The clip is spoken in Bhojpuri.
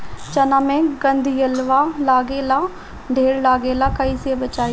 चना मै गधयीलवा लागे ला ढेर लागेला कईसे बचाई?